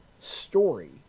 Story